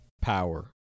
power